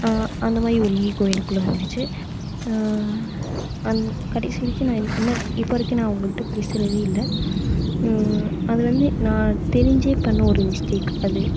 அந்த மாதிரி ஒரு ஈகோ எனக்குள்ளே வந்துடுச்சு அந் கடைசி வரைக்கும் இப்போ வரைக்கும் நான் அவங்கள்ட்ட பேசுறதே இல்லை அது வந்து நான் தெரிஞ்சே பண்ண ஒரு மிஸ்டேக் அது